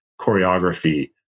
choreography